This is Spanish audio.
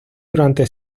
durante